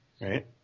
Right